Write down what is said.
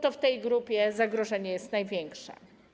To w tej grupie zagrożenie jest największe.